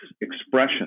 expression